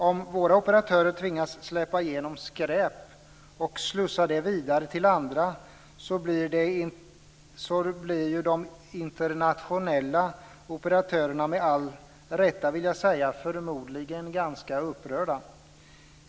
Om våra operatörer tvingas släppa igenom skräp och slussa det vidare till andra blir de internationella operatörerna - med all rätta, vill jag säga - förmodligen ganska upprörda.